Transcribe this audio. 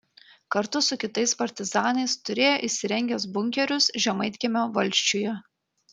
kartu su kitais partizanais turėjo įsirengęs bunkerius žemaitkiemio valsčiuje